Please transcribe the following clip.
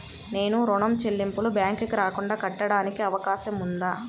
నేను ఋణం చెల్లింపులు బ్యాంకుకి రాకుండా కట్టడానికి అవకాశం ఉందా?